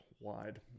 Wide